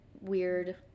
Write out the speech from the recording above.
weird